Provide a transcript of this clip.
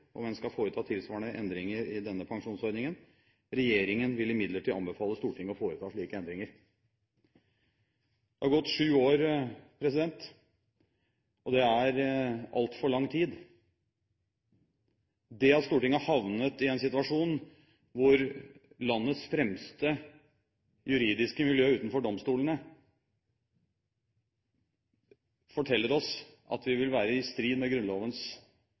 om en skal foreta tilsvarende endringer i denne pensjonsordningen. Regjeringen vil imidlertid anbefale Stortinget å foreta slike endringer.» Det har gått sju år, og det er altfor lang tid. Det at Stortinget har havnet i en situasjon hvor landets fremste juridiske miljø utenfor domstolene forteller oss at vi vil være i strid med